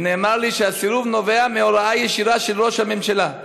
ונאמר לי שהסירוב נובע מהוראה ישירה של ראש הממשלה.